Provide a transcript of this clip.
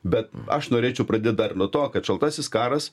bet aš norėčiau pradėt dar nuo to kad šaltasis karas